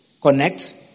connect